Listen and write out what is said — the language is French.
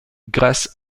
grâce